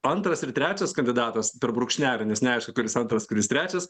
antras ir trečias kandidatas per brūkšnelį nes neaišku kuris antras kuris trečias